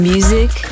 Music